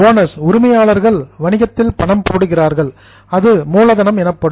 owners உரிமையாளர்கள் வணிகத்தில் பணம் போடுகிறார்கள் அது மூலதனம் எனப்படும்